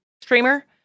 streamer